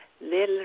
little